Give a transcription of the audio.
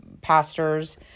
pastors